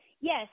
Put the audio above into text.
Yes